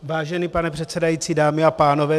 Vážený pane předsedající, dámy a pánové.